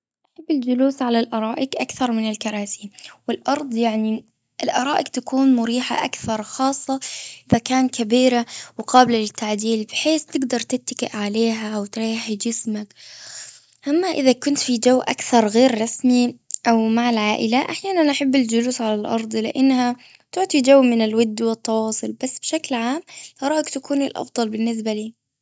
بحب الجلوس على الأرائك أكثر من الكراسي والأرض يعني الأرائك تكون مريحة أكثر خاصة إذا كان كبيرة وقابلة للتعديل بحيث تقدر تتكئ عليها أو تريحي جسمك. أما إذا كنتي في جو أكثر غير رسمي أو مع العائلة أحيانا أحب الجلوس على الأرض لأنها تعطي جو من الود والتواصل بس بشكل عام الأرائك تكون الأفضل بالنسبة لي.